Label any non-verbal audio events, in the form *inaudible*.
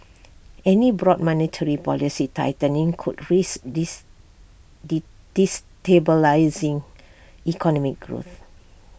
any broad monetary policy tightening could risk *unintelligible* destabilising economic growth